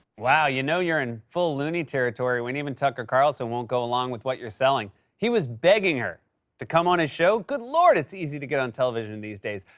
wow, you know you're in full loony territory when even tucker carlson won't go along with what you're selling. he was begging her to come on his show? good lord, it's easy to get on television and these days.